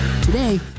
Today